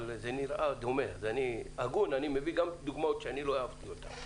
אבל זה נראה דומה ואני הגון ואני מביא גם דוגמאות שאני לא אהבתי אותן.